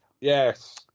Yes